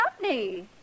company